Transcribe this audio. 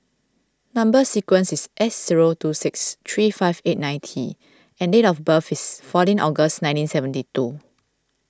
Number Sequence is S zero two six three five eight nine T and date of birth is fourteen August nineteen seventy two